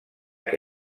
que